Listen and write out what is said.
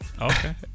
Okay